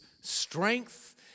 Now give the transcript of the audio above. strength